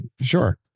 Sure